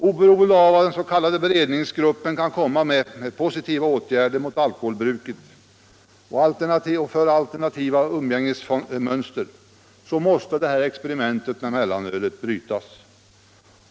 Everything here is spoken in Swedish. Oberoende av vad den s.k. beredningsgruppen kan komma med i fråga om positiva åtgärder mot alkoholbruket och för alternativa umgängesmönster så måste det här experimentet med mellanölet brytas.